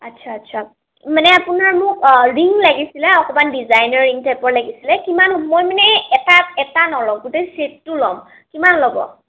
আচ্ছা আচ্ছা মানে আপোনাৰ মোক ৰিং লাগিছিল অকণমান ডিজাইনাৰ ৰিং টাইপৰ লাগিছিল কিমান মই মানে এটা এটা নলওঁ গোটেই চেটটো ল'ম কিমান ল'ব